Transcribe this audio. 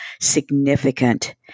significant